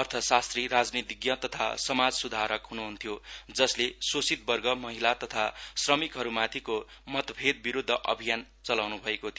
अर्थशास्त्री राजनीतिज्ञ तथा समाज सुधारक हुनुहुन्थ्यो जसले शोषित वर्ग महिला तथा श्रमिकहरू माथिको मतभेद विरूद्ध अभियान चलाउनु भएको थियो